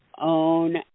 own